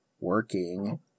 working